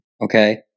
Okay